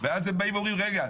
ואז הם באים ואומרים 'רגע,